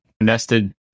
nested